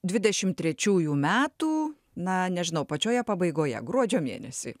dvidešimt trečiųjų metų na nežinau pačioje pabaigoje gruodžio mėnesį